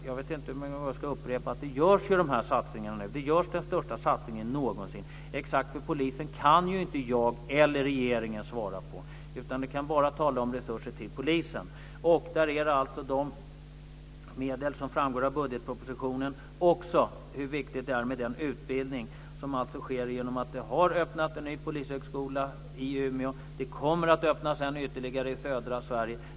Jag vet inte hur många gånger jag ska upprepa att dessa satsningar görs. Nu görs den största satsningen någonsin. Jag eller regeringen kan inte svara på exakta frågor om polisen, utan vi kan bara tala om resurser till polisen. Det är alltså de medel som framgår av budgetpropositionen. Det är också viktigt med den utbildning som sker genom att det har öppnats en ny polishögskola i Umeå, och det kommer att öppnas ytterligare en i södra Sverige.